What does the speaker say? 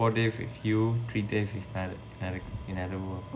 four days with you three days with another another another world